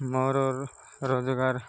ମୋର ରୋଜଗାର